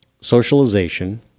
Socialization